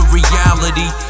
reality